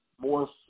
more